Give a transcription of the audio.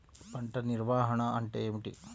పంట నిర్వాహణ అంటే ఏమిటి?